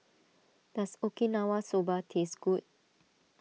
does Okinawa Soba taste good